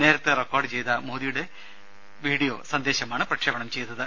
നേരത്തെ റെക്കോർഡ് ചെയ്ത മോദിയുടെ വീഡിയോ സന്ദേശമാണ് പ്രക്ഷേപണം ചെയ്തത്